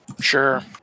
Sure